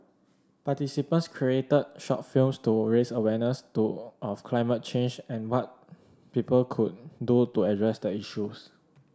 participants created short films to raise awareness do of climate change and what people could do to address the issues